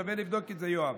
שווה לבדוק את זה, יואב.